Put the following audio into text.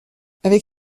avec